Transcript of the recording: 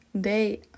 day